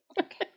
Okay